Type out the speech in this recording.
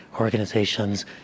organizations